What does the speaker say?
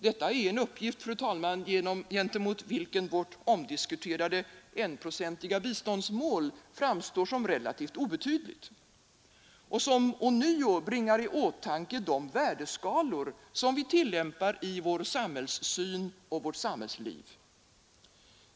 Detta är en uppgift, gentemot vilken vårt omdiskuterade enprocentsmål när det gäller biståndspolitiken framstår som relativt obetydligt och som ånyo bringar i åtanke de värdeskalor som vi tillämpar i vår samhällssyn och vårt samhällsliv.